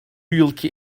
yılki